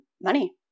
money